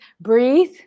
breathe